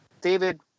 David